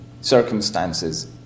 Circumstances